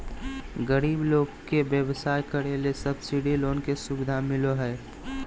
गरीब लोग के व्यवसाय करे ले सब्सिडी लोन के सुविधा मिलो हय